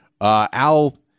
Al